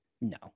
No